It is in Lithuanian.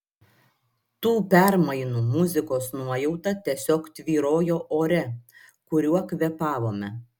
tų permainų muzikos nuojauta tiesiog tvyrojo ore kuriuo kvėpavome